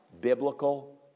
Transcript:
biblical